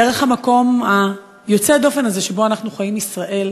דרך המקום היוצא-דופן הזה, שבו אנחנו חיים, ישראל,